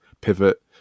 pivot